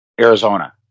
Arizona